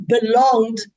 belonged